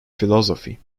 philosophy